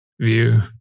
view